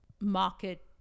market